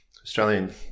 Australian